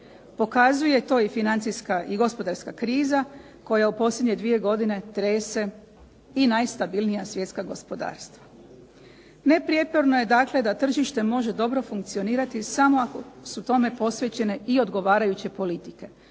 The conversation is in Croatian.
Pokazuje to i financijska i gospodarska kriza koja u posljednje 2 godine trese i najstabilnija svjetska gospodarstva. Neprijeporno je dakle da tržište može dobro funkcionirati samo ako su tome posvećene i odgovarajuće politike.